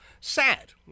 sad